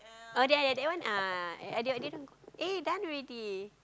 oh ya ya that one uh I didn't I didn't go eh done already